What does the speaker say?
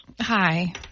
Hi